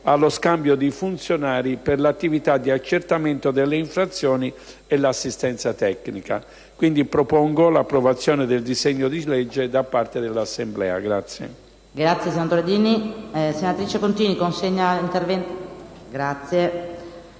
allo scambio di funzionari per le attività di accertamento delle infrazioni e di assistenza tecnica. In conclusione, si propone l'approvazione del disegno di legge da parte dell'Assemblea. **Parere